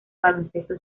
baloncesto